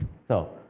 so,